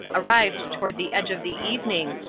arrived toward the edge of the evening,